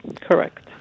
correct